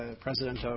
president